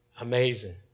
Amazing